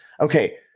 Okay